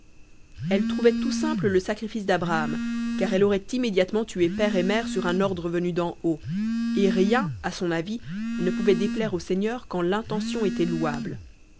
elle trouvait tout simple le sacrifice d'abraham car elle aurait immédiatement tué père et mère sur un ordre venu d'en haut et rien à son avis ne pouvait déplaire au seigneur quand l'intention était louable